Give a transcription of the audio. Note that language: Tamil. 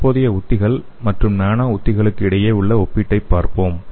தற்போதைய உத்திகள் மற்றும் நானோ உத்திகளுக்கு இடையே உள்ள ஒப்பீட்டை பார்ப்போம்